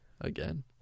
again